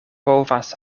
povas